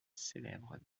célèbre